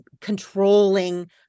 controlling